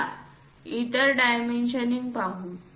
चला इतर डायमेन्शनिंग पाहू